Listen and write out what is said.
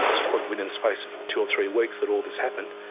this was probably within the space of two or three weeks at all this happened,